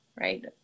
right